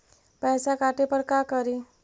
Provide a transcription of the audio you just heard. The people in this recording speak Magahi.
पैसा काटे पर का करि?